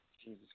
Jesus